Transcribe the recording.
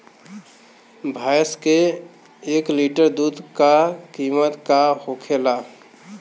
भैंस के एक लीटर दूध का कीमत का होखेला?